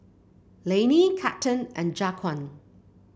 Lainey Captain and Jaquan